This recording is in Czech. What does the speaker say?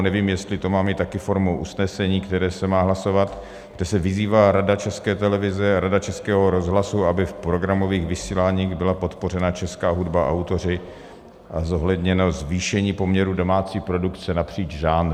Nevím, jestli to má mít také formu usnesení, které se má hlasovat, že se vyzývá Rada České televize a Rada Českého rozhlasu, aby v programových vysíláních byla podpořena česká hudba a autoři a zohledněno zvýšení poměru domácí produkce napříč žánry.